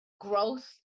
growth